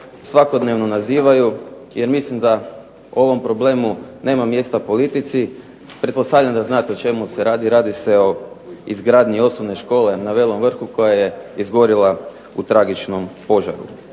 svakodnevno nazivaju jer mislim da ovom problemu nema mjesta u politici. Pretpostavljam da znate o čemu se radi. Radi se o izgradnji osnovne škole na Velom Vrhu koja je izgorila u tragičnom požaru.